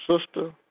sister